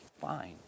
fine